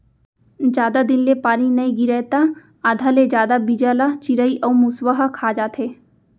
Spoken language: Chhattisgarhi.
जादा दिन ले पानी नइ गिरय त आधा ले जादा बीजा ल चिरई अउ मूसवा ह खा जाथे